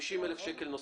50 אלף שקל נוספים,